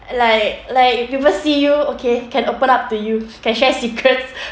like like people see you okay can open up to you can share secrets